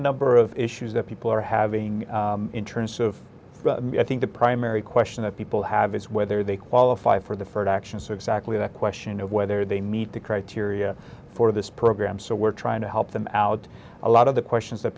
number of issues that people are having in terms of i think the primary question that people have is whether they qualify for the first action so exactly that question whether they meet the criteria for this program so we're trying to help them out a lot of the questions that